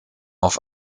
auf